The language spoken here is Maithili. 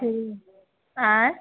ठीक आएँ